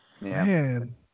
Man